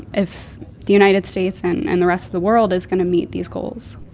if the united states and and the rest of the world is going to meet these goals?